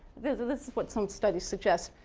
this is what some studies suggest,